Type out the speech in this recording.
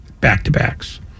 back-to-backs